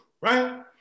right